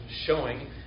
showing